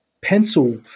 pencil